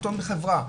באותה חברה,